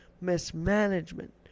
mismanagement